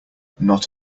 not